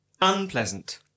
Unpleasant